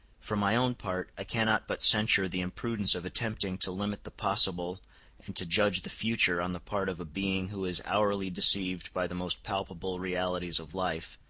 for my own part, i cannot but censure the imprudence of attempting to limit the possible and to judge the future on the part of a being who is hourly deceived by the most palpable realities of life,